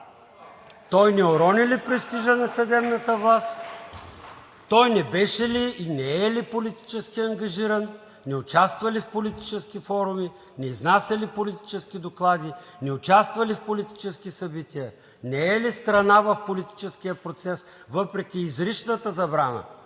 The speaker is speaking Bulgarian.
Той не урони ли престижа на съдебната власт? (Ръкопляскания). Той не беше ли и не е ли политически ангажиран? Не участва ли в политически форуми? Не изнася ли политически доклади? Не участва ли в политически събития? Не е ли страна в политическия процес въпреки изричната забрана